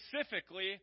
specifically